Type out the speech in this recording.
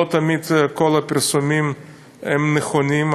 לא תמיד כל הפרסומים הם נכונים,